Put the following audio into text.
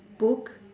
book